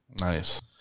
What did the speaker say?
nice